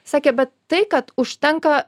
sakė bet tai kad užtenka